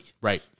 Right